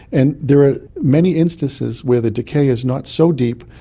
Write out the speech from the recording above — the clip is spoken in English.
and there are many instances where the decay is not so deep,